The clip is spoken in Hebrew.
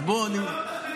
אז אם לא תקשיב, איך תדע?